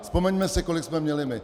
Vzpomeňme si, kolik jsme měli my.